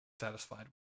satisfied